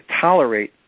tolerate